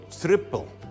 triple